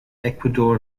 ecuador